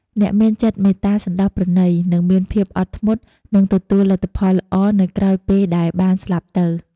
អ្នកមានចិត្ត មេត្តាសណ្តោសប្រណី និងមានភាពអត់ធ្មត់ នឹងទទួលលទ្ធផលល្អនៅក្រោយពេលដែលបានស្លាប់ទៅ។